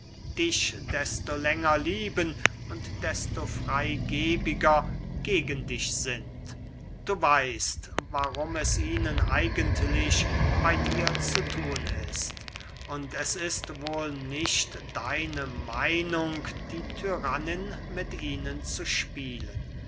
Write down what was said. dich desto länger lieben und desto freygebiger gegen dich sind du weißt warum es ihnen eigentlich bey dir zu thun ist und es ist wohl nicht deine meinung die tyrannin mit ihnen zu spielen